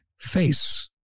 face